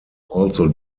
also